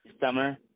summer